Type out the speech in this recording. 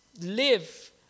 live